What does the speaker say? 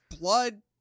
blood